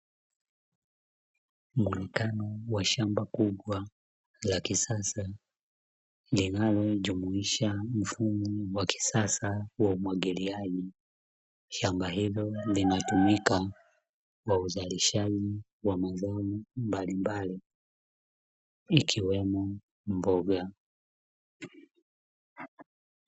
Muonekano wa shamba kubwa la kisasa linalojumuisha mfumo wa kisasa wa umwagiliaji. Shamba hilo linalotumika kwa uzalishaji wa mazao mbalimbali ikiwemo mboga.